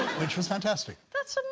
which was fantastic that's ah